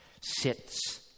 sits